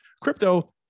Crypto